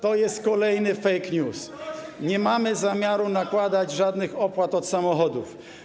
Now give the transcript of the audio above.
To jest kolejny fake news, nie mamy zamiaru nakładać żadnych opłat od samochodów.